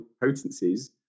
potencies